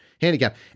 handicap